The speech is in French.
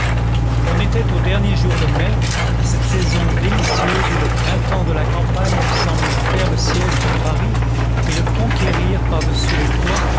on était aux derniers jours de mai à cette saison délicieuse où le printemps de la campagne semble faire le siège de paris et le conquérir par-dessus les toits